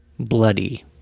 Bloody